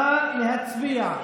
נא להצביע.